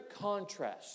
contrast